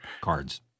cards